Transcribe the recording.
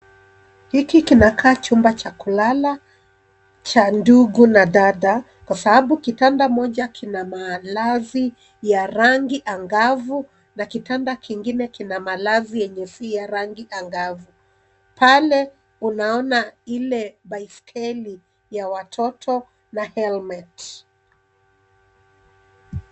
Hiki kinakaa chumba cha kulala cha ndugu na dada, kwa sababu kitanda kimoja kina malazi ya rangi angavu na kitanda kingine kina malazi yenye si ya rangi angavu. Pale unaona ile baiskeli ya watoto na helmet .